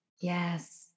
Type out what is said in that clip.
Yes